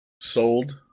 sold